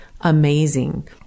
amazing